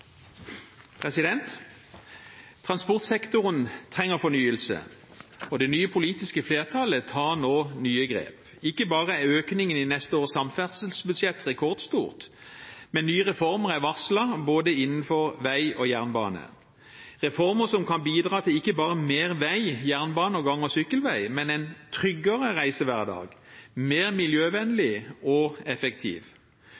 økningen i neste års samferdselsbudsjett rekordstor, men nye reformer er varslet både innenfor vei og jernbane – reformer som kan bidra ikke bare til mer vei, jernbane, gang- og sykkelveier, men til en tryggere reisehverdag, mer